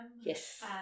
Yes